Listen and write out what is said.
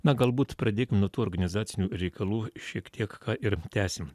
na galbūt pradėkim nuo tų organizacinių reikalų šiek tiek ir tęsim